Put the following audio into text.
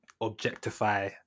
objectify